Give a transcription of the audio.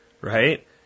Right